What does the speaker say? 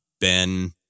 Ben